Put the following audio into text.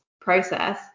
process